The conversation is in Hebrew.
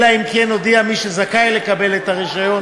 אלא אם כן הודיע מי שזכאי לקבל את הרישיון